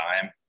time